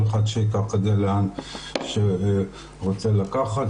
כל אחד שייקח את זה לאן שהוא רוצה לקחת,